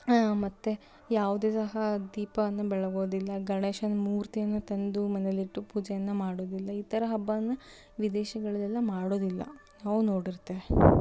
ಮತ್ತು ಯಾವುದೇ ಸಹ ದೀಪವನ್ನು ಬೆಳಗೋದಿಲ್ಲ ಗಣೇಶನ ಮೂರ್ತಿಯನ್ನು ತಂದು ಮನೆಯಲಿಟ್ಟು ಪೂಜೆಯನ್ನು ಮಾಡೋದಿಲ್ಲ ಈ ಥರ ಹಬ್ಬವನ್ನು ವಿದೇಶಗಳಲ್ಲೆಲ್ಲ ಮಾಡೋದಿಲ್ಲ ನಾವು ನೋಡಿರ್ತೇವೆ